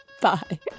Bye